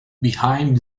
behind